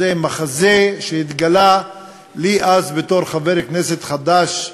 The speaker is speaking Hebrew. זה מחזה שהתגלה לי אז בתור חבר כנסת חדש,